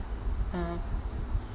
(uh huh)